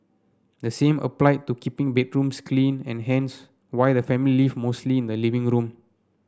the same applied to keeping bedrooms clean and hence why the family live mostly in the living room